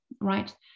right